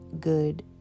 good